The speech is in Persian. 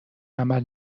عمل